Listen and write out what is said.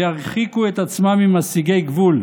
וירחיקו את עצמם ממסיגי גבול.